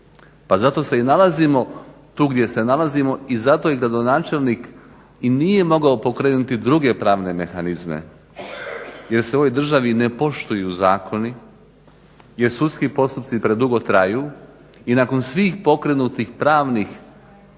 Pa zato se i nalazimo tu gdje se nalazimo i zato gradonačelnik i nije mogao pokrenuti druge pravne mehanizme, jer se u ovoj državi ne poštuju zakoni, jer sudski postupci predugo traju i nakon svih pokrenutih pravnih lijekova